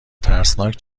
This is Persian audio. ترسناک